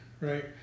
Right